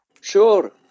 sure